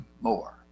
more